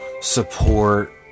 support